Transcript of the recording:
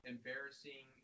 embarrassing